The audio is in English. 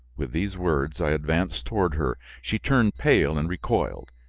with these words, i advanced toward her she turned pale and recoiled.